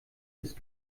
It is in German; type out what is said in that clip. ist